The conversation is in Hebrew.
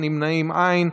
אין, נמנעים, אין.